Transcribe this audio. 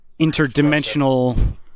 interdimensional